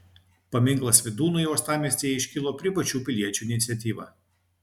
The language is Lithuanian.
paminklas vydūnui uostamiestyje iškilo privačių piliečių iniciatyva